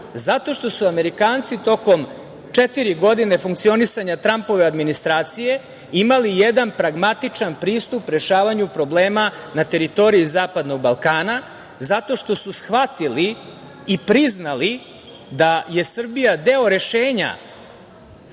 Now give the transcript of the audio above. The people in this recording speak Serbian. Zato što su Amerikanci tokom četiri godine funkcionisanja Trampove administracije imali jedan pragmatičan pristup rešavanju problema na teritoriji Zapadnog Balkana zato što su shvatili i priznali da je Srbija deo rešenja